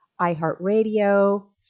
iHeartRadio